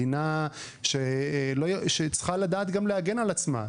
מדינה שצריכה לדעת גם להגן על עצמה.